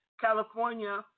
California